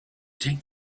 take